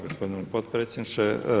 gospodine potpredsjedniče.